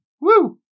Woo